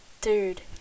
dude